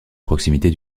proximité